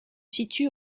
situe